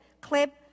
clip